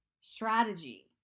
strategy